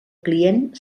client